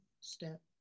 step